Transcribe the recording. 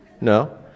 No